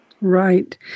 Right